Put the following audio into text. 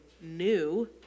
new